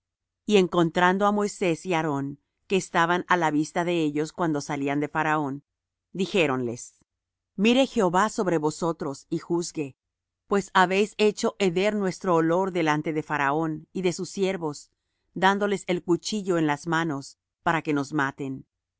y encontrando á moisés y á aarón que estaban á la vista de ellos cuando salían de faraón dijéronles mire jehová sobre vosotros y juzgue pues habéis hecho heder nuestro olor delante de faraón y de sus siervos dándoles el cuchillo en las manos para que nos maten